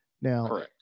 Now